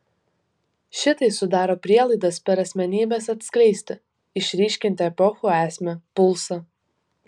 šitai sudaro prielaidas per asmenybes atskleisti išryškinti epochų esmę pulsą